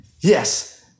Yes